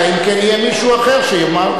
אלא אם כן יהיה מישהו אחר שיאמר.